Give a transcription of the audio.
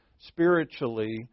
spiritually